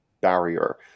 barrier